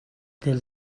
the